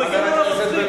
הוא מגן על הרוצחים.